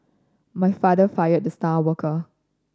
my father fired the star worker